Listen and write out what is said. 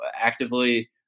actively